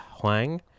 Huang